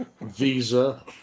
Visa